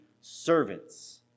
servants